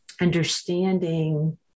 understanding